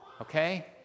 Okay